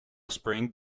spring